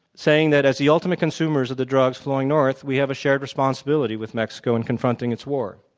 saying that as the ultimate consumers of the drugs flowing north, we have a shared responsibility with mexico in confronting its war.